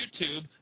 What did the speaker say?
YouTube